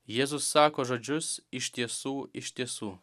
jėzus sako žodžius iš tiesų iš tiesų